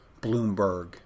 Bloomberg